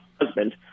husband